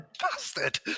Bastard